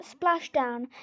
splashdown